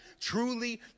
Truly